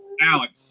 Alex